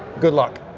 good luck.